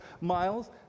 Miles